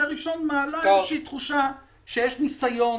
ראשון מעלה איזו שהיא תחושה שיש ניסיון